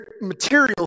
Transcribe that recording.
material